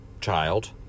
child